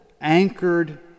anchored